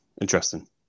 Interesting